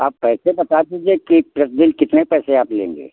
आप पैसे बता दीजिए कि प्रति दिन कितने पैसे आप लेंगे